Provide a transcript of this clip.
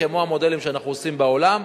כמו המודלים שאנחנו עושים בעולם.